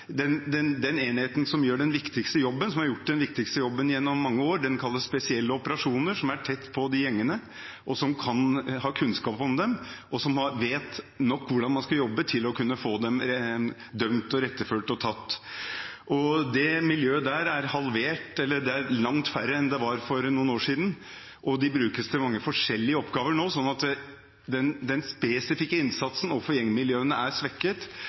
Den enheten som gjør den viktigste jobben, og som har gjort den viktigste jobben gjennom mange år, kalles Spesielle operasjoner. De er tett på gjengene, har kunnskap om dem og vet nok om hvordan man skal jobbe, til å kunne få dem tatt, rettsforfulgt og dømt. Denne enheten er halvert, eller de er langt færre enn de var for noen år siden, og de brukes til mange forskjellige oppgaver nå, slik at den spesifikke innsatsen overfor gjengmiljøene er svekket.